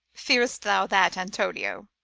fear'st thou that, antonio?